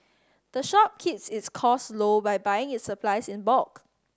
the shop keeps its cost low by buying its supplies in bulk